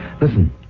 Listen